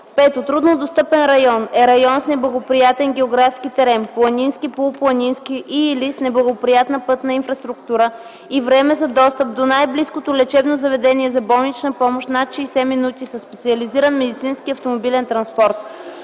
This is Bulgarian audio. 5. „Труднодостъпен район” е район с неблагоприятен географски терен – планински, полупланински и/или с неблагоприятна пътна инфраструктура и време за достъп до най-близкото лечебно заведение за болнична помощ над 60 минути със специализиран медицински автомобилен транспорт.